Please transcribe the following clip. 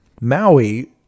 Maui